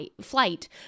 flight